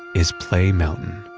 is play mountain.